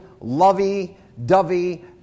lovey-dovey